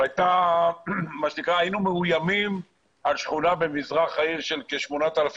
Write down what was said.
אבל היינו מאוימים על שכונה במזרח העיר של כ-8,000